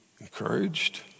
encouraged